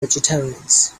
vegetarians